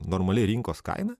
normali rinkos kaina